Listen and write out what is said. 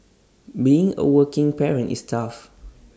being A working parent is tough